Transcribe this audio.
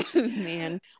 man